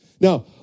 Now